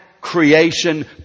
creation